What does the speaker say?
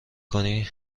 کنی